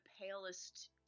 palest